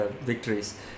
victories